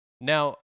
now